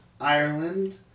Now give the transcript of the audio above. Ireland